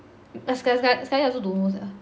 seka~ seka~ sekali I also don't know sia